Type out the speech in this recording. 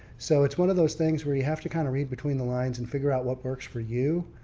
so it's one of those things where you have to kind of read between the lines and figure out what works for you.